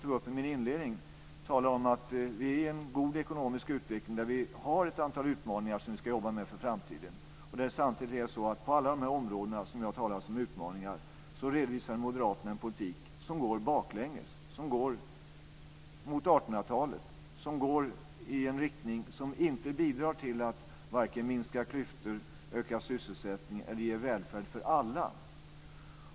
I min inledning tog jag upp att vi har en god ekonomisk utveckling med ett antal utmaningar som vi ska jobba med inför framtiden. När det gäller alla dessa områden, som jag talar om som utmaningar, redovisar moderaterna en politik som går baklänges, som går mot 1800-talet och som går i en riktning som inte bidrar till att minska klyftorna, öka sysselsättningen eller ge välfärd för alla.